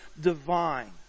divine